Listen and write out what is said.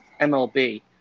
MLB